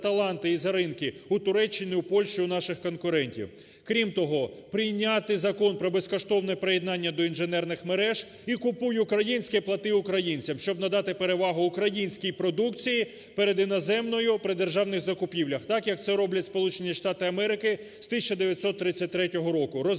таланти і за ринки у Туреччині, у Польщі у наших конкурентів. Крім того, прийняти Закон про безкоштовне приєднання до інженерних мереж і "Купуй українське, плати українцям", щоб надати перевагу українській продукції перед іноземною при державних закупівлях так, як це роблять Сполучені Штати